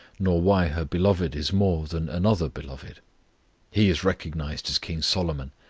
nor why her beloved is more than another beloved he is recognized as king solomon,